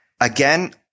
Again